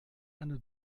eine